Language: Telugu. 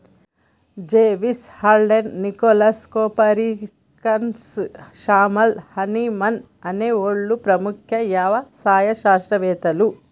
జెవిస్, Haldane, Nicholas, Copernicus, Samuel Hahnemann అనే ఓళ్ళు ప్రముఖ యవసాయ శాస్త్రవేతలు